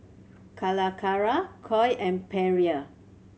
Calacara Koi and Perrier